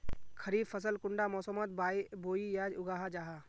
खरीफ फसल कुंडा मोसमोत बोई या उगाहा जाहा?